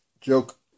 joke